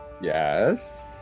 Yes